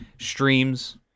streams